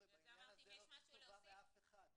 בעניין הזה לא צריך טובה מאף אחד.